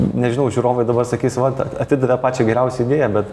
nežinau žiūrovai dabar sakys vat atidavė pačią geriausią idėją bet